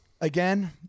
Again